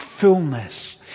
fullness